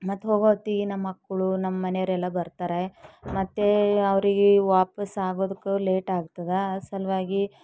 ಮತ್ತು ಹೋಗೋತ್ತಿಗೆ ನಮ್ಮ ಮಕ್ಕಳು ನಮ್ಮ ಮನೆಯವರೆಲ್ಲ ಬರ್ತಾರೆ ಮತ್ತು ಅವರಿಗೆ ವಾಪಸ್ಸು ಆಗೋದಕ್ಕೂ ಲೇಟಾಗ್ತದ ಆ ಸಲುವಾಗಿ